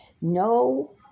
No